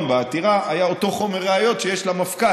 והעתירה היה אותו חומר ראיות שיש למפכ"ל.